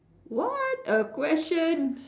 what a question